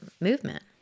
movement